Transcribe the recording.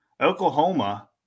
Oklahoma